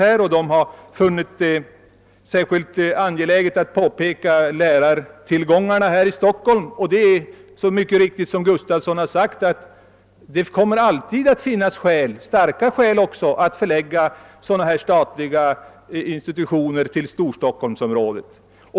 Utskottet har funnit det särskilt angeläget att påpeka att lärartillgången är större här i Stockholm. Som herr Gustafson i Göteborg mycket riktigt har sagt kommer det alltid att finnas skäl — och även starka skäl — att förlägga sådana statliga institutioner till Storstockholmsområdet.